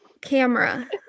camera